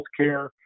healthcare